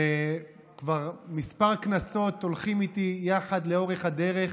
שכבר כמה כנסות הולכים איתי יחד לאורך הדרך,